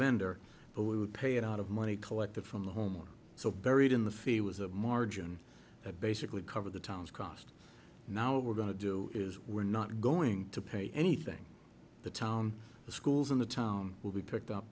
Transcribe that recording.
vendor but we would pay it out of money collected from the home so buried in the fee was a margin that basically cover the town's cost now we're going to do is we're not going to pay anything the town the schools in the town will be picked up